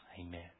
Amen